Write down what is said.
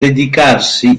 dedicarsi